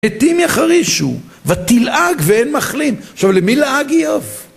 עדים יחרישו, ותלעג ואין מחלים. עכשיו, למי לעג איוב?